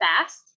fast